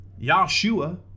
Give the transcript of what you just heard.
Yahshua